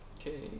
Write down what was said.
Okay